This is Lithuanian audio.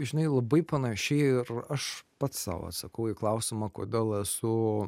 žinai labai panašiai ir aš pats sau atsakau į klausimą kodėl esu